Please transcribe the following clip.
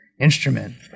instrument